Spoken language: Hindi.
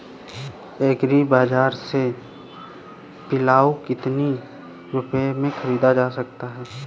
एग्री बाजार से पिलाऊ कितनी रुपये में ख़रीदा जा सकता है?